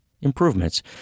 improvements